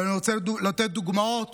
ואני רוצה לתת דוגמאות